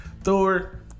Thor